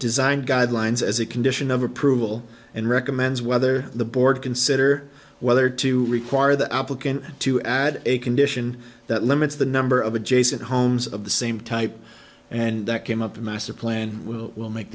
design guidelines as a condition of approval and recommends whether the board consider whether to require the applicant to add a condition that limits the number of adjacent homes of the same type and that came up the master plan will